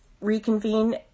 reconvene